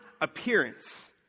appearance